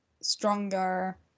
stronger